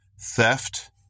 theft